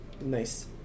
Nice